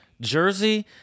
Jersey